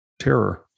terror